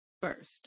first